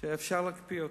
שאי-אפשר להקפיא אותם.